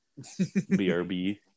BRB